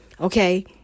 okay